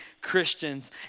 Christians